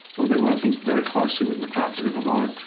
we've been working very closely with mcarthur river mine,